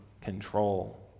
control